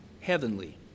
heavenly